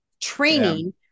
training